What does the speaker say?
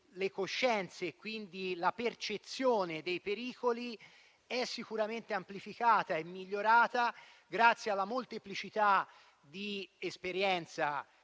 le coscienze e quindi la percezione dei pericoli sono sicuramente amplificate e migliorate, grazie alla molteplicità di esperienze